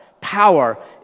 Power